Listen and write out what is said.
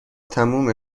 تموم